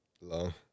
Long